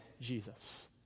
Jesus